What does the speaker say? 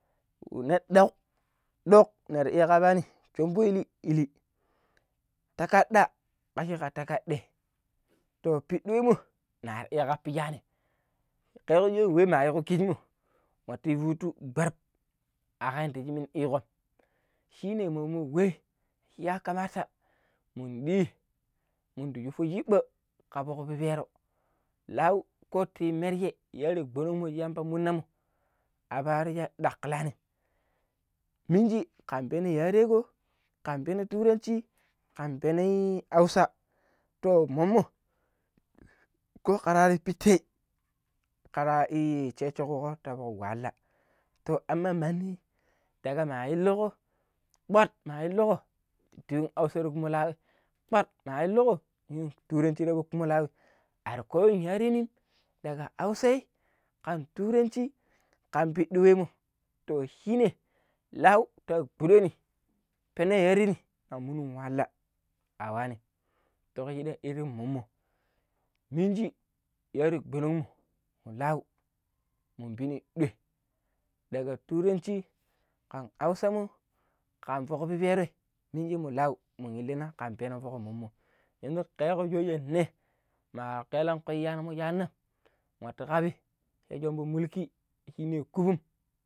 ﻿Ne ɗok ɗok nir iya kabaani shombo ili illi takaɗa makijo takaɗai to piɗi we mo ner iya kappijaa nim, keƙƙo we ma yiiko kiji mmo nwatu Patu gɓar akam yadda shi minu iƙon shine momma weu shi yakamata mun ɗii mun di shuppo shiɓɓa ka fok pipero lau ko ta yu merje ko ya bulun yamba mushenua a Paaro sha ɗaƙƙilaanim miniji kan peno vareko kanpeno turanci ƙam penoi Hausa to mommo ko kar nwari pitei kar iya i Foɗo̱ ƙuƙo ta wala to aman mandi tara ma illuko kpar ma illuko tun hausa kumo lauwi kpar ma illuko yung turanci ta fok kumo lau ar koyim yareeni daga hausa kan turanci kan piɗɗi wemmo to shine lau ta gɓuɗaani peno yare ta monon wala a waanim tuku shira shiɗɗam mommo miniji yare gɓonong mo mu lau mun piini ɗoi daga turanci kan Hausa mau kan fok piperoi mini mu lau piini mu lau mun illina kan peno mo shooje ne maka elengku iyaanommo juana nwati ƙaabi cha shoomvo mulki shine kubum.